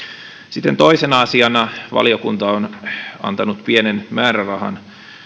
sitten toisena asiana valiokunta on antanut pienen määrärahan